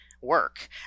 work